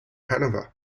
hanover